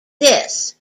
this